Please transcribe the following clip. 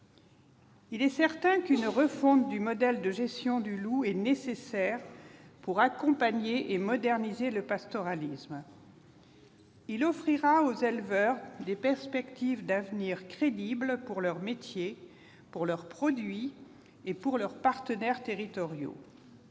Il est certain qu'une refonte du modèle de gestion du loup est nécessaire pour accompagner et moderniser le pastoralisme. Elle offrira aux éleveurs des perspectives d'avenir crédibles pour leurs métiers, pour leurs produits et pour leurs partenaires territoriaux.